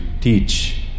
teach